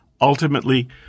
ultimately